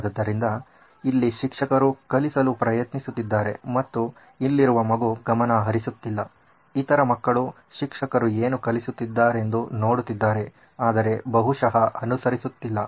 ಆದ್ದರಿಂದ ಇಲ್ಲಿ ಶಿಕ್ಷಕರು ಕಲಿಸಲು ಪ್ರಯತ್ನಿಸುತ್ತಿದ್ದಾರೆ ಮತ್ತು ಇಲ್ಲಿರುವ ಮಗು ಗಮನ ಹರಿಸುತ್ತಿಲ್ಲ ಇತರ ಮಕ್ಕಳು ಶಿಕ್ಷಕರು ಏನು ಕಲಿಸುತ್ತಿದ್ದಾರೆಂದು ನೋಡುತ್ತಿದ್ದಾರೆ ಆದರೆ ಬಹುಶಃ ಅನುಸರಿಸುತ್ತಿಲ್ಲ